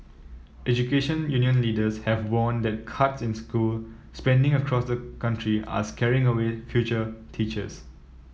education union leaders have warned that cuts in school spending across the country are scaring away future teachers